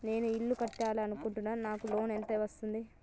నేను ఇల్లు కట్టాలి అనుకుంటున్నా? నాకు లోన్ ఎంత వస్తది?